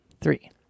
three